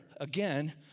Again